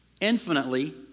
infinitely